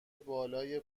بالای